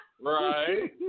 Right